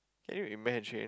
can you imagine